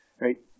Right